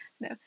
No